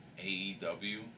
AEW